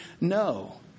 no